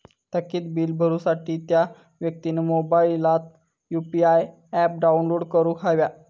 थकीत बील भरुसाठी त्या व्यक्तिन मोबाईलात यु.पी.आय ऍप डाउनलोड करूक हव्या